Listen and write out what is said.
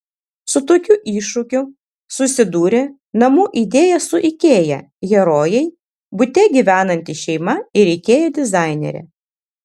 su tokiu iššūkiu susidūrė namų idėja su ikea herojai bute gyvenanti šeima ir ikea dizainerė